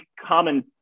common